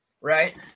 right